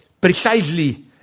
precisely